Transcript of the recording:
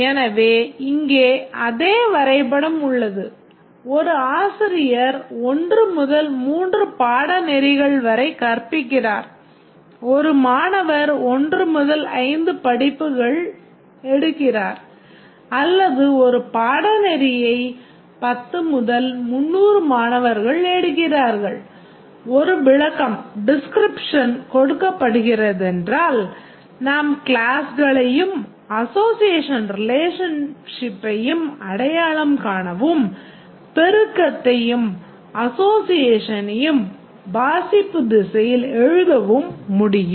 எனவே இங்கே அதே வரைபடம் உள்ளது ஒரு ஆசிரியர் 1 முதல் 3 பாடநெறிகள் வரை கற்பிக்கிறார் ஒரு மாணவர் 1 முதல் 5 படிப்புகளை எடுக்கிறார் அல்லது ஒரு பாடநெறியை வாசிப்பு திசையையும் எழுதவும் முடியும்